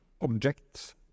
object